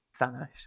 Thanos